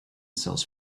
sells